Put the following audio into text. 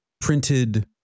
printed